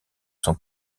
sont